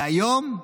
והיום?